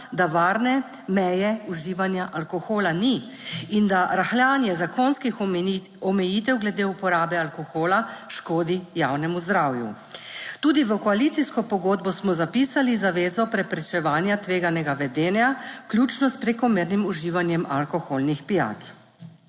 da varne meje uživanja alkohola ni in da rahljanje zakonskih omejitev glede uporabe alkohola škodi javnemu zdravju. Tudi v koalicijsko pogodbo smo zapisali zavezo preprečevanja tveganega vedenja, vključno s prekomernim uživanjem alkoholnih pijač.